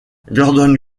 gordon